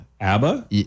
abba